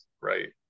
right